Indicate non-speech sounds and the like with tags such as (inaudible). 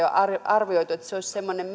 (unintelligible) on arvioitu että tämä korjaustarve olisi semmoinen (unintelligible)